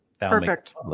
Perfect